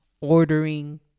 ordering